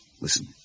Listen